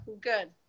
Good